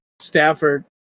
Stafford